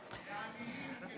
עמיתיי חברי הכנסת,